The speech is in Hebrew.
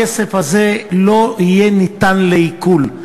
הכסף הזה לא יהיה ניתן לעיקול.